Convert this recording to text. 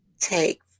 take